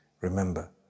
Remember